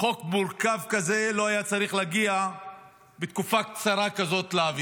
שחוק מורכב שכזה לא היה צריך להעביר בתקופה קצרה שכזאת.